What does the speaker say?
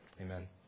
Amen